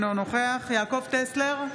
אינו נוכח יעקב טסלר,